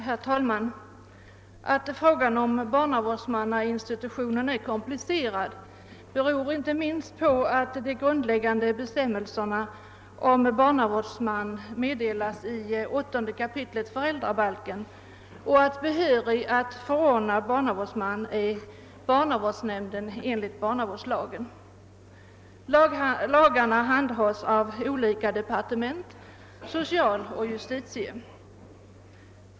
Herr talman! Att frågan om barnavårdsmannainstitutionen är komplicerad beror inte minst på att de grundläggande bestämmelserna om barnavårdsman meddelas i 8 kap. föräldrabalken och att behörig att förordna barnavårdsman är barnavårdsnämnden enligt barnavårdslagen. Lagarna handhas av olika departement, socialoch justitiedepartementet.